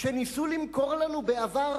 ניסו למכור לנו בעבר